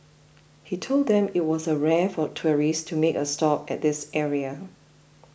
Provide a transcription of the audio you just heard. he told them that it was rare for tourists to make a stop at this area